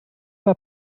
war